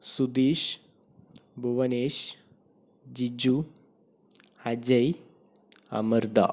Sudheesh Bhuvanesh Jiju Ajay Amrita